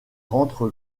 rentre